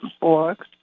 Borg